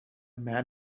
man